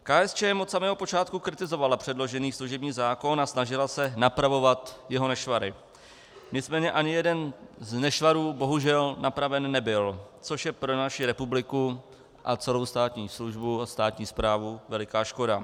KSČM od samého počátku kritizovala předložený služební zákon a snažila se napravovat jeho nešvary, nicméně ani jeden z nešvarů bohužel napraven nebyl, což je pro naši republiku a celou státní službu, státní správu, veliká škoda.